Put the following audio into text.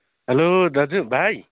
hello दाजु भाइ